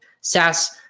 SaaS